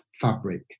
fabric